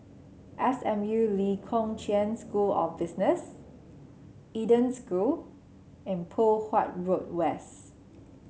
S M U Lee Kong Chian School of Business Eden School and Poh Huat Road West